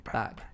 back